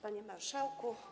Panie Marszałku!